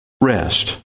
rest